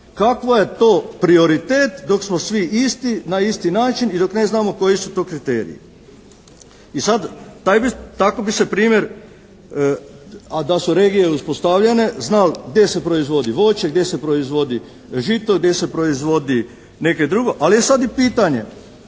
kakav je to prioritet dok smo svi isti na isti način i dok ne znamo koji su to kriteriji? I sad takav bi se primjer, a da su regije uspostavljene znal gdje se proizvodi voće, gdje se proizvodi žito, gdje se proizvodi nekaj drugo, ali je sad i pitanje